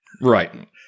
Right